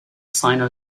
sino